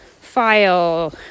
file